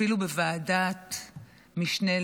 אפילו בוועדת משנה למודיעין.